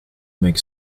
make